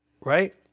Right